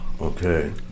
Okay